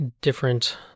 different